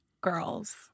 girls